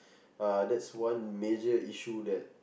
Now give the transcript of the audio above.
uh that's one major issue that